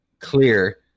clear